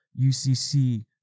UCC